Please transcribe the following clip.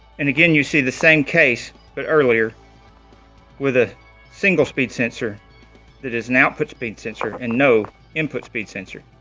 and again you see the same case but earlier with a single speed sensor that is an output speed sensor and no input speed sensor